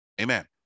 Amen